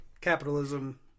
capitalism